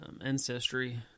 Ancestry